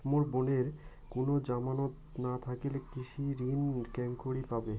মোর বোনের কুনো জামানত না থাকিলে কৃষি ঋণ কেঙকরি পাবে?